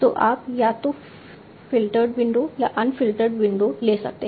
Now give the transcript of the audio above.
तो आप या तो फ़िल्टर्ड विंडो या अनफ़िल्टर्ड विंडो ले सकते हैं